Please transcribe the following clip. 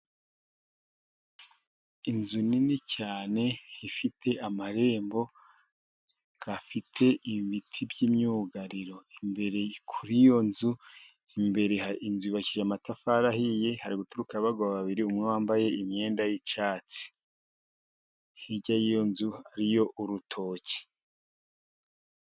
Inzu nini cyane ifite amarembo afite ibiti by'imyugariro. Imbere kuri iyo nzu, imbere inzu yubakishije amatafari ahiye, hari guturukayo abagabo babiri umwe wambaye imyenda y'icyatsi. Hirya y'iyo nzu hariyo urutoki.